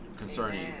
Concerning